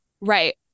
Right